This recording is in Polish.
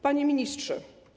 Panie Ministrze!